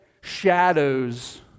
shadows